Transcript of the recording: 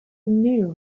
knew